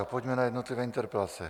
A pojďme na jednotlivé interpelace.